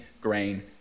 grain